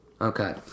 Okay